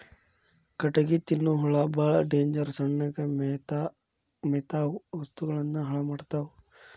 ಕಟಗಿ ತಿನ್ನು ಹುಳಾ ಬಾಳ ಡೇಂಜರ್ ಸಣ್ಣಗ ಮೇಯತಾವ ವಸ್ತುಗಳನ್ನ ಹಾಳ ಮಾಡತಾವ